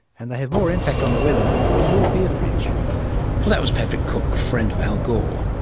and they have more impact on the weather than your beer fridge. well that was patrick cook, friend of al gore.